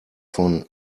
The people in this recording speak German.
von